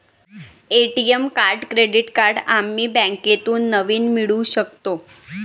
ATM card credit card आम्ही बँकेतून नवीन मिळवू शकतो